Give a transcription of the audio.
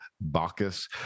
Bacchus